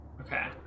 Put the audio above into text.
Okay